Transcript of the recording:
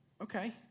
Okay